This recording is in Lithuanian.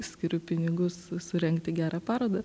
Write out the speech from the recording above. skiriu pinigus surengti gerą parodą